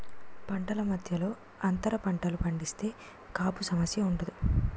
పంటల మధ్యలో అంతర పంటలు పండిస్తే గాబు సమస్య ఉండదు